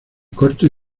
cortos